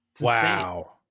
wow